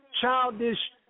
childish